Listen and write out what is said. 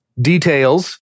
details